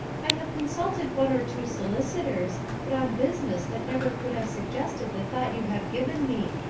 i have consulted one or two solicitors but on business that never could have suggested the thought you have given me.